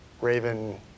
Raven